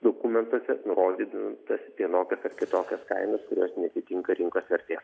dokumentuose nurodytas vienokias ar kitokias kainas kurios neatitinka rinkos vertės